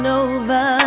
over